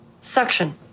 Suction